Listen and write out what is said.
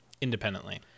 Independently